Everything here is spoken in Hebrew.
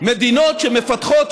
מדינות שמפתחות,